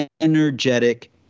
energetic